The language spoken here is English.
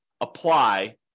apply